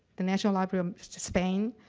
the national library of spain,